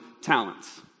talents